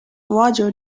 roger